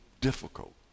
difficult